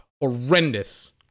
horrendous